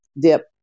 dip